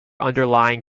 underlying